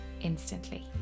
instantly